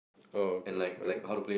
oh okay right